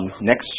Next